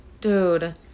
dude